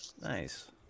Nice